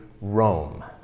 Rome